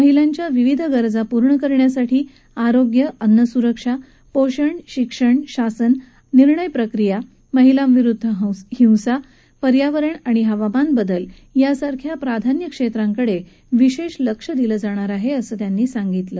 महिलांच्या विविध गरजा पूर्ण करण्यासाठी आरोग्य अन्नसुरक्षा पोषण शिक्षण शासन आणि निर्णय प्रक्रिया महिलांविरुद्ध हिंसा पर्यावरण आणि हवामान बदल यासारख्या प्राधान्य क्षेत्रांकडे विशेष लक्ष दिलं जाणार आहे असं त्यांनी सांगितलं